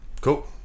cool